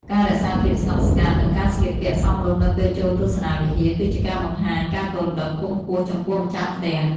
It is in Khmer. ការរក្សាភាពស្ងប់ស្ងាត់ និងការស្លៀកពាក់សមរម្យនៅពេលចូលទស្សនាវិហារ គឺជាការបង្ហាញការគោរពដ៏ខ្ពង់ខ្ពស់ចំពោះម្ចាស់ផ្ទះ។